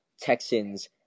Texans